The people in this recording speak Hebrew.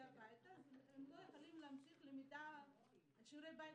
הביתה אז הן לא יכולות לעשות שיעורי בית.